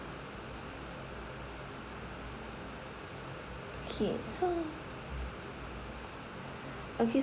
okay so okay